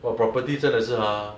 for property 真的是 ha